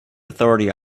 authority